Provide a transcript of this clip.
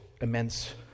immense